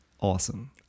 awesome